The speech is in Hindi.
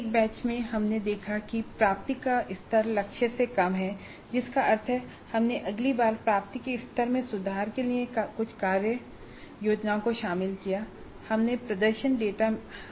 एक बैच में हमने देखा है कि प्राप्ति का स्तर लक्ष्य से कम है जिसका अर्थ है कि हमने अगली बार प्राप्ति के स्तर में सुधार के लिए कुछ कार्य योजनाओं को शामिल किया है